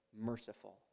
merciful